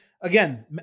again